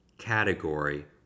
category